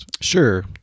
Sure